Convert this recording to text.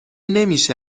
نمیشه